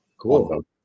cool